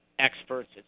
experts